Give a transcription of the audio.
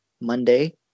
Monday